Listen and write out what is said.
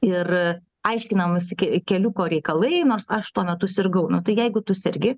ir aiškinamasi ke keliuko reikalai nors aš tuo metu sirgau nu tai jeigu tu sergi